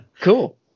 cool